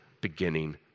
beginning